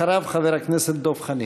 אחריו, חבר הכנסת דב חנין.